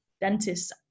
dentists